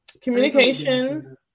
Communication